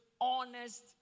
honest